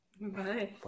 Bye